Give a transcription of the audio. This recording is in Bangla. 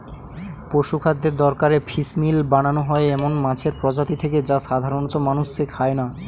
পশুখাদ্যের দরকারে ফিসমিল বানানো হয় এমন মাছের প্রজাতি থেকে যা সাধারনত মানুষে খায় না